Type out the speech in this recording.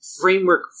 framework